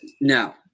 no